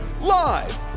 Live